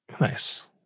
Nice